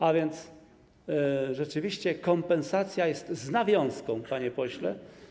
A więc rzeczywiście kompensacja jest z nawiązką, panie pośle.